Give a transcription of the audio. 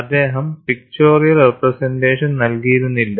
അദ്ദേഹം pictorial representation നൽകിയിരുന്നില്ല